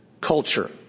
culture